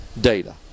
data